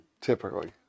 typically